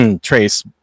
Trace